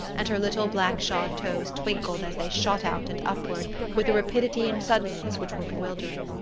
and her little black-shod toes twinkled as they shot out and upward with a rapidity and suddenness which were bewildering.